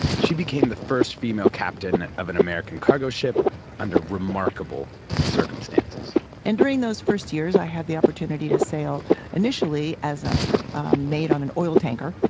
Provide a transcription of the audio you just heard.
she became the first female captain of an american cargo but under remarkable circumstances and during those first years, i had the opportunity to sail initially as a maid on an oil tanker,